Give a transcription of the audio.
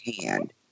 hand